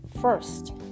first